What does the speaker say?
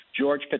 George